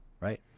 right